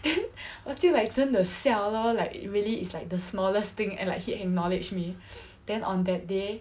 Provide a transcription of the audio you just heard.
then 我就 like 真的笑 lor like really is like the smallest thing and like he acknowledged me then on that day